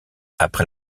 après